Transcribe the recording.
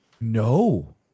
No